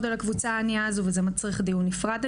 על הקבוצה הענייה הזו וזה מצריך דיון נפרד,